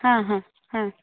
ಹಾಂ ಹಾಂ ಹಾಂ